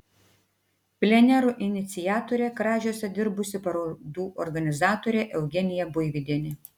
plenerų iniciatorė kražiuose dirbusi parodų organizatorė eugenija buivydienė